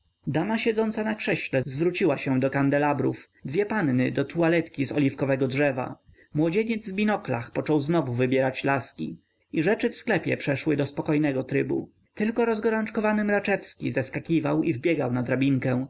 dama siedząca na krześle zwróciła się do kandelabrów dwie panny do tualetki z oliwkowego drzewa młodzieniec w binoklach począł znowu wybierać laski i rzeczy w sklepie przeszły do spokojnego trybu tylko rozgorączkowany mraczewski zeskakiwał i wbiegał na drabinkę